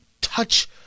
touch